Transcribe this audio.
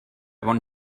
bon